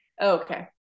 Okay